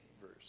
verse